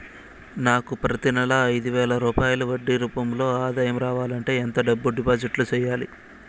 నాకు ప్రతి నెల ఐదు వేల రూపాయలు వడ్డీ రూపం లో ఆదాయం రావాలంటే ఎంత డబ్బులు డిపాజిట్లు సెయ్యాలి?